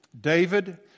David